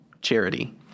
charity